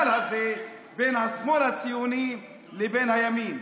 הזה בין השמאל הציוני לבין הימין.